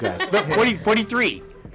43